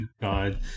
God